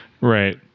Right